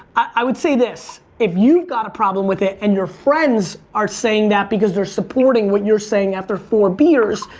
i would say this, if you've got a problem with it, and your friends are saying that because they're supporting what you're saying after four beers,